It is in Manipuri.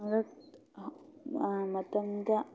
ꯃꯇꯝꯗ